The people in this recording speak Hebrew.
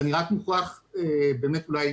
ואני רק מוכרח לסיום,